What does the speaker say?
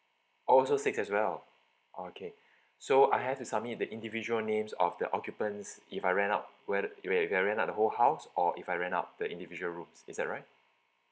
also six as well okay so I have to submit the individual names of the occupants if I rent out where where if I rent out the whole house or if I rent out the individual rooms is that right